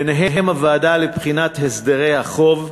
בהן הוועדה לבחינת הסדרי החוב,